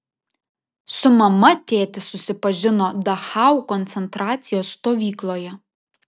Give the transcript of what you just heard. su mama tėtis susipažino dachau koncentracijos stovykloje